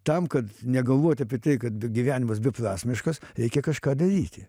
tam kad negalvoti apie tai kad gyvenimas beprasmiškas reikia kažką daryti